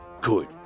good